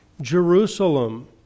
Jerusalem